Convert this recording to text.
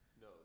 No